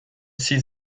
six